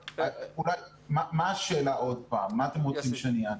מה אתם רוצים שאני אענה?